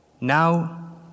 Now